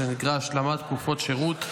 שנקרא השלמת תקופות שירות.